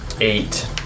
eight